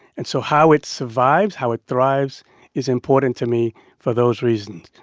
and so how it survives, how it thrives is important to me for those reasons.